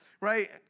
Right